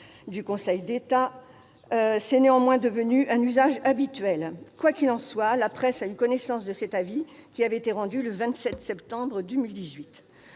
du Conseil d'État, c'était néanmoins devenu un usage habituel. Quoi qu'il en soit, la presse a eu connaissance de cet avis qui avait été rendu le 27 septembre 2018.